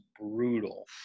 brutal